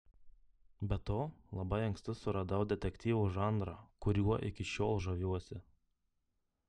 be to labai anksti suradau detektyvo žanrą kuriuo iki šiol žaviuosi